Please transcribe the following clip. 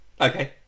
okay